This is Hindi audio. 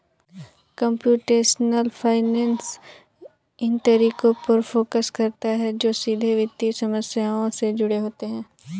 कंप्यूटेशनल फाइनेंस इन तरीकों पर फोकस करता है जो सीधे वित्तीय समस्याओं से जुड़े होते हैं